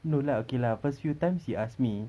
no lah okay first few times he asked me